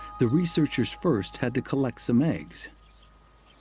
the researchers first had to collect some eggs.